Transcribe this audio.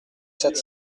sept